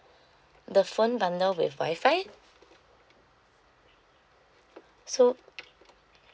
the phone bundle with wi-fi so